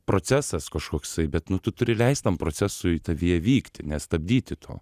procesas kažkoksai bet nu tu turi leist tam procesui tavyje vykti nestabdyti to